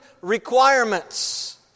requirements